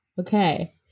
okay